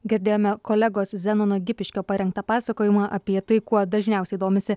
girdėjome kolegos zenono gipiškio parengtą pasakojimą apie tai kuo dažniausiai domisi